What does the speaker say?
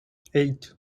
eight